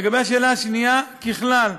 לגבי השאלה השנייה, ככלל,